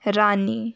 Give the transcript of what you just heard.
रानी